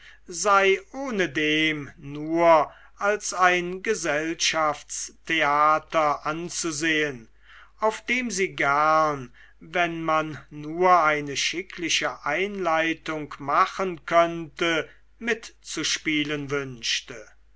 sei ohnedem nur als ein gesellschaftstheater anzusehen auf dem sie gern wenn man nur eine schickliche einleitung machen könnte mitzuspielen wünschte